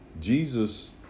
Jesus